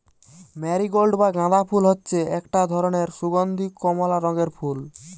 marigold বা গাঁদা ফুল হচ্ছে একটা ধরণের সুগন্ধীয় কমলা রঙের ফুল